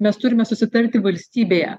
mes turime susitarti valstybėje